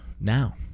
now